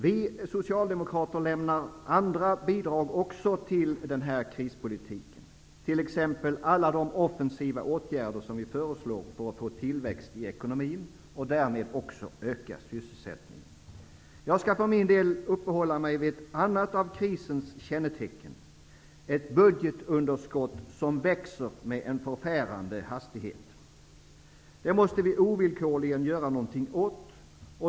Vi socialdemokrater lämnar även andra bidrag till krispolitiken, t.ex. alla de offensiva åtgärder som vi föreslår för att få tillväxt i ekonomin och som också ökar sysselsättningen. Jag skall för min del uppehålla mig vid ett annat av krisens kännetecken, nämligen ett budgetunderskott som växer med en förfärande hastighet. Det måste vi ovillkorligen göra någonting åt.